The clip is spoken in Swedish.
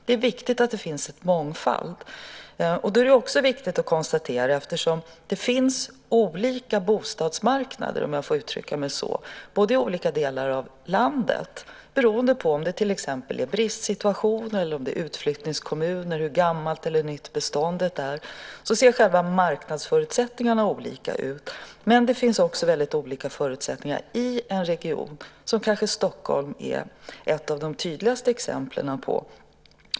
Det är viktigt att det finns en mångfald. Det finns olika bostadsmarknader - om jag får uttrycka mig så - i olika delar av landet. Beroende på om det är bristsituationer eller utflyttningskommuner och hur gammalt eller nytt beståndet är ser marknadsförutsättningarna olika ut. Det kan också finnas väldigt olika förutsättningar i en region, vilket Stockholm kanske är ett av de tydligaste exemplen på.